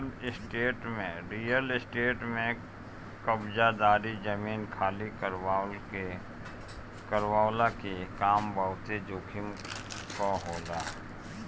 real estate में कब्ज़ादारी, जमीन खाली करववला के काम बहुते जोखिम कअ होला